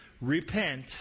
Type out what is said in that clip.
repent